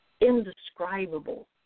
indescribable